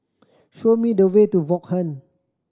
show me the way to Vaughan